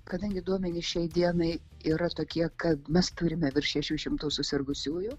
kadangi duomenys šiai dienai yra tokie kad mes turime virš šešių šimtų susirgusiųjų